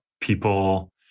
people